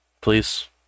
Please